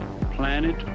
Planet